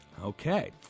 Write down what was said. Okay